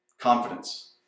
Confidence